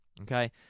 Okay